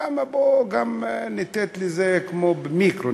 בואו לתת לזה במיקרו,